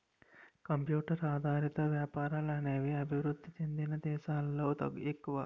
computer ఆధారిత వ్యాపారాలు అనేవి అభివృద్ధి చెందిన దేశాలలో ఎక్కువ